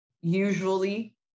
usually